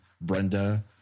brenda